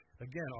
again